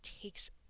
takes